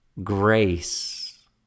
grace